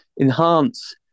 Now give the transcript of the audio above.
enhance